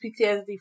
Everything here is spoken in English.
PTSD